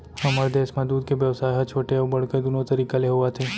हमर देस म दूद के बेवसाय ह छोटे अउ बड़का दुनो तरीका ले होवत हे